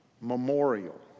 memorial